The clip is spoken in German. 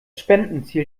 spendenziel